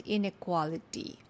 Inequality